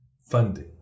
funding